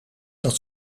dat